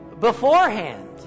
beforehand